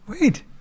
Wait